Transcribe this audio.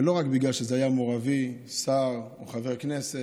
ולא רק בגלל שזה היה מו"ר אבי, שר וחבר כנסת,